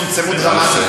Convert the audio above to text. אז הם יצומצמו דרמטית.